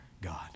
God